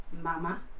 mama